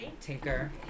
Tinker